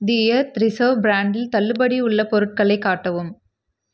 தி Earth Reserve பிராண்டில் தள்ளுபடி உள்ள பொருட்களை காட்டவும்